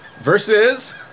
versus